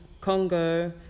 Congo